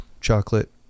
chocolate